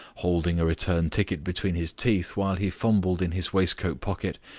holding a return ticket between his teeth while he fumbled in his waistcoat pocket.